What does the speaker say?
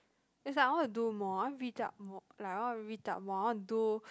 it's like I want to do more I want to read up more like I want to read up more I want to do